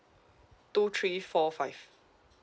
two three four five